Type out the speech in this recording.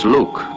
Luke